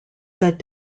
said